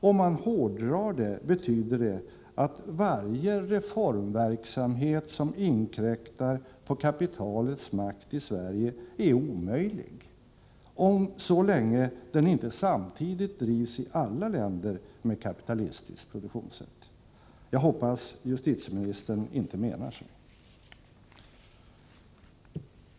Om man hårdrar det betyder det att varje reformverksamhet som inkräktar på kapitalets makt i Sverige är omöjlig så länge den inte samtidigt drivs i alla länder med kapitalistiskt produktionssätt. Jag hoppas justitieministern inte menar så.